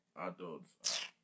Adults